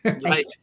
Right